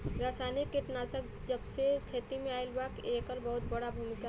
रासायनिक कीटनाशक जबसे खेती में आईल बा येकर बहुत बड़ा भूमिका रहलबा